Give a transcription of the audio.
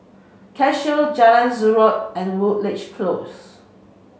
Cashew Jalan Zamrud and Woodleigh Close